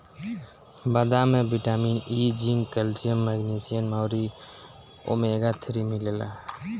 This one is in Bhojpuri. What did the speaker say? बदाम में vitamin E, zinc, calcium, magnesium अउरी ओमेगा थ्री मिलेला